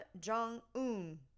Jong-un